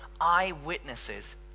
eyewitnesses